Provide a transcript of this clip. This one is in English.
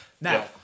now